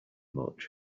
much